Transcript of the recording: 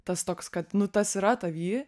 tas toks kad nu tas yra tavy